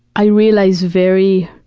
i realized very,